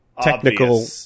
technical